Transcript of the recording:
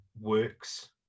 works